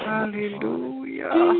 Hallelujah